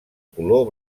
color